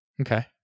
Okay